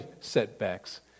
setbacks